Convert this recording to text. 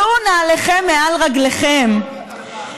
שלו נעליכם מעל רגליכם, דמגוגיה זולה.